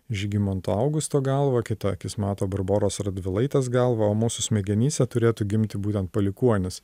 žygimanto augusto galvą kita akis mato barboros radvilaitės galvą o mūsų smegenyse turėtų gimti būtent palikuonis